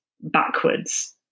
backwards